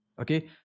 Okay